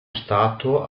stato